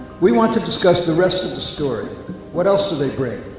we want to discuss the rest of the story what else do they bring?